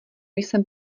jsem